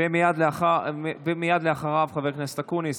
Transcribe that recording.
ומייד אחריו, חבר הכנסת אקוניס,